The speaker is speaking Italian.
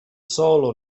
solo